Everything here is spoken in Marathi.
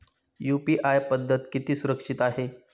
यु.पी.आय पद्धत किती सुरक्षित आहे?